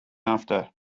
after